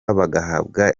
bagahabwa